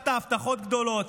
הבטחת הבטחות גדולות.